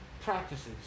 practices